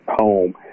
home